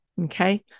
okay